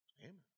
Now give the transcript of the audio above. Amen